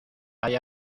hay